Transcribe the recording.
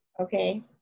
Okay